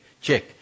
check